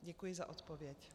Děkuji za odpověď.